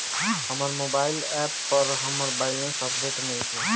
हमर mobile app पर हमर बैलेंस अपडेट नइखे